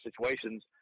situations